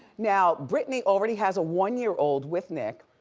now brittany already has a one-year-old with nick,